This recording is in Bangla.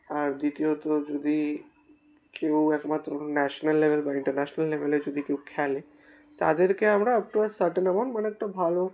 আর দ্বিতীয়ত যদি কেউ একমাত্র ন্যাশনাল লেভেল বা ইন্টারন্যাশনাল লেভেলে যদি কেউ খেলে তাদেরকে আমরা আপ টু সার্টেন অ্যামাউন্ট মানে একটা ভালো